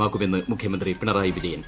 മാറുമെന്ന് മുഖ്യമന്ത്രി പിണറായി വിജയൻ